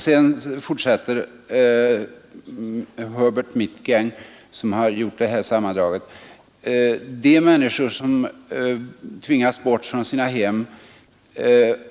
Sedan fortsätter redaktionsmedlemmen Herbert Mitgang, som har gjort det här sammandraget: De människor som tvingats bort från sina hem